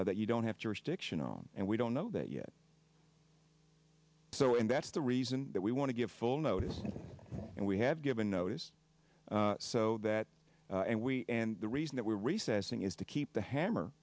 that you don't have to restriction on and we don't know that yet so and that's the reason that we want to give full notice and we have given notice so that and we and the reason that we're recessing is to keep the hammer